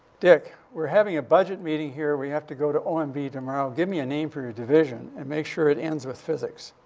dick, we're having a budget meeting here. we have to go to ah and onb tomorrow. give me a name for your division and make sure it ends with physics.